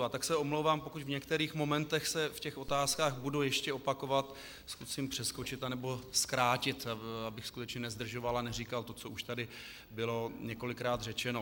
A tak se omlouvám, pokud v některých momentech se v těch otázkách budu ještě opakovat, zkusím přeskočit, anebo zkrátit, abych skutečně nezdržoval a neříkal to, co už tady bylo několikrát řečeno.